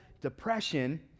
depression